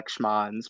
Schmans